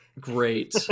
Great